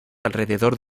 alrededor